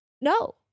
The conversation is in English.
no